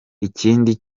ikindi